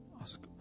Ask